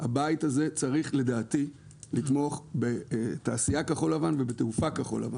הבית הזה צריך לדעתי לתמוך בתעשייה כחול לבן ובתעשייה כחול לבן.